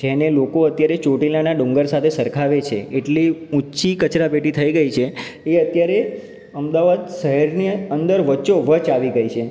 જેને લોકો અત્યારે ચોટીલાના ડુંગર સાથે સરખાવે છે એટલી ઉંચી કચરા પેટી થઈ ગઈ છે એ અત્યારે અમદાવાદ શહેરને અંદર વચ્ચોવચ આવી ગઈ છે